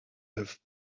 have